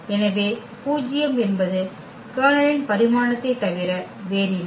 எனவே பூஜ்யம் என்பது கர்னலின் பரிமாணத்தைத் தவிர வேறில்லை